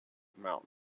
mountain